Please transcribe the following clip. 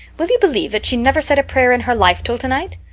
will you believe that she never said a prayer in her life till tonight?